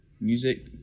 music